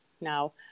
now